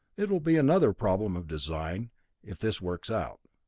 it will be another problem of design if this works out,